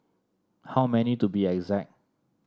how many to be exact